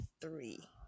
three